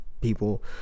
people